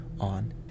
on